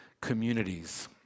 communities